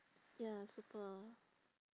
ya super